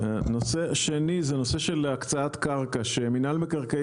הנושא השני זה הנושא של הקצאת קרקע מנהל מקרקעי